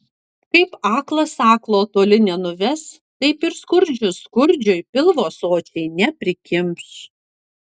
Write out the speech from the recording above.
kaip aklas aklo toli nenuves taip ir skurdžius skurdžiui pilvo sočiai neprikimš